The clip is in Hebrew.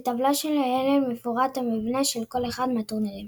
בטבלה שלהלן מפורט המבנה של כל אחד מהטורנירים.